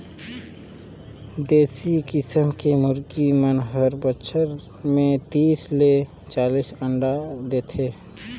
देसी किसम के मुरगी मन हर बच्छर में तीस ले चालीस अंडा देथे